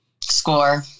Score